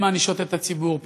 הן מענישות את הציבור,